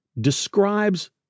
describes